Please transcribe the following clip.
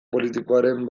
politikoaren